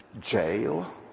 jail